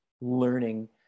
learning